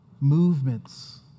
movements